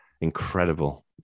incredible